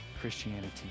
Christianity